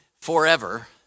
forever